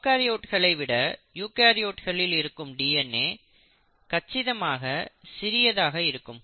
ப்ரோகாரியோட்களை விட யூகரியோட்களில் இருக்கும் டிஎன்ஏ கச்சிதமாக சிறியதாக இருக்கும்